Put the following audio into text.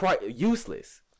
useless